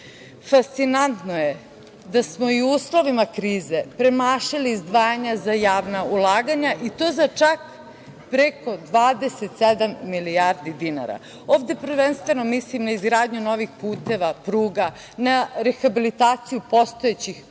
fondovima. Fascinantno je da smo i u uslovima krize premašili izdvajanja za javna ulaganja, i to za čak preko 27 milijardi dinara. Ovde prvenstveno mislim na izgradnju novih puteva, pruga, na rehabilitaciju postojećih puteva